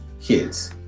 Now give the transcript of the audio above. kids